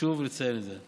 חשוב לציין את זה.